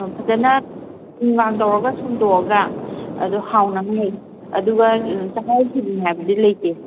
ꯑꯝ ꯐꯖꯅ ꯊꯨꯝ ꯂꯥꯡ ꯇꯧꯔꯒ ꯁꯨꯝꯗꯣꯛꯑꯒ ꯑꯗꯣ ꯍꯥꯎꯅꯕꯅꯤ ꯑꯗꯨꯒ ꯆꯍꯥꯎ ꯁꯣꯏꯕꯨꯝ ꯍꯥꯏꯕꯗꯤ ꯂꯩꯇꯦ